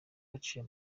baciye